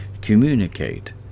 Communicate